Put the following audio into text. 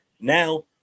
now